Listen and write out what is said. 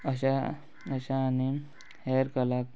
अशा अश्या आनी हेर कलाक